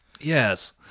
Yes